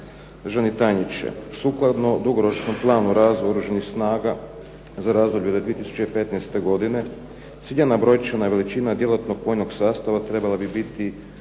Državni tajniče sukladno dugoročnom planu razvoja Oružanih snaga za razdoblje do 2015. godine ciljana brojčana veličina djelatnog vojnog sastava trebala bi biti